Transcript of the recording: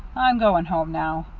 i'm going home now.